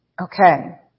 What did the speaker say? Okay